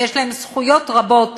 ויש להן זכויות רבות,